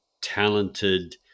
talented